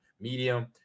medium